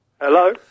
Hello